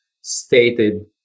stated